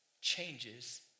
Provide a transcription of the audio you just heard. changes